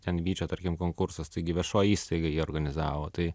ten vyčio tarkim konkursas taigi viešoji įstaiga jį organizavo tai